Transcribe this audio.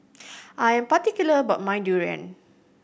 I am particular about my durian